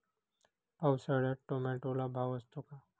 पावसाळ्यात टोमॅटोला भाव असतो का?